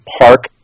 Park